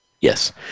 Yes